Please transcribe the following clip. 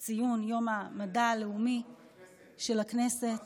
ביום לציון יום המדע הלאומי של הכנסת.